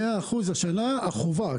מאה אחוז השנה, החובה.